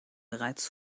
bereits